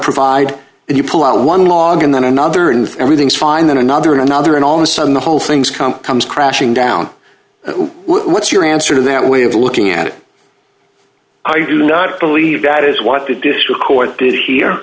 provide and you pull out one law and then another and everything's fine then another and another and all the sudden the whole thing's come comes crashing down and what's your answer to that way of looking at it i do not believe that is what the district court did he